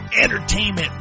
entertainment